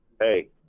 hey